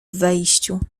wejściu